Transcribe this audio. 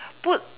put